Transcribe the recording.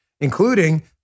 including